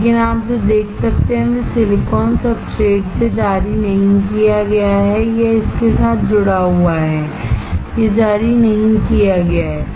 लेकिन आप जो देख सकते हैं वह सिलिकॉन सब्सट्रेट से जारी नहीं किया गया है यह इसके साथ जुड़ा हुआ है यह जारी नहीं किया गया है